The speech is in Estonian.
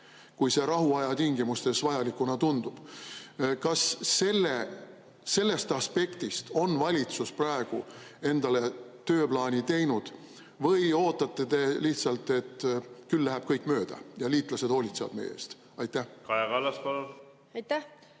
kui see rahuaja tingimustes vajalikuna tundub. Kas sellest aspektist on valitsus praegu endale tööplaani teinud või ootate te lihtsalt, et küll läheb kõik mööda ja liitlased hoolitsevad meie eest? Kaja Kallas, palun! Kaja